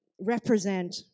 represent